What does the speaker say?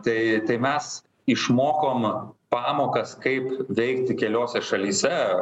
tai tai mes išmokom pamokas kaip veikti keliose šalyse